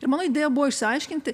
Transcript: ir mano idėja buvo išsiaiškinti